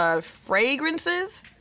fragrances